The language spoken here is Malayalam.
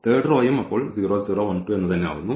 തേർഡ് റോയും 0 0 1 2 ആവുന്നു